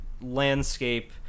landscape